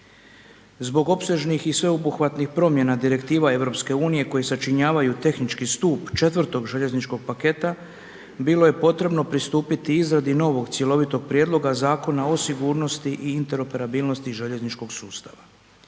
Zbog opsežnih i sveobuhvatnih promjena direktiva EU koje sačinjavaju tehnički stup 4. željezničkog paketa bilo je potrebno pristupiti izradi novog cjelovitog Prijedloga zakona o sigurnosti i interoperabilnosti željezničkog sustava.